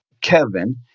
Kevin